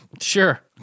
Sure